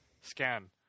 scan